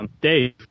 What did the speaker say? Dave